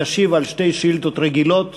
ישיב על שתי שאילתות רגילות